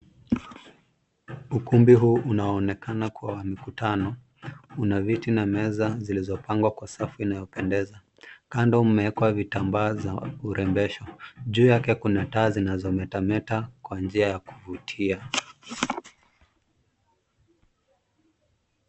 Ukumbi huu unaonekana kuwa wa mikutano, una viti na meza zilizopangwa kwa safu inayopendeza. Kando mmeekwa vitambaa za kurembesha, juu yake Kuna taa zinazometameta, kwa njia ya kuvutia.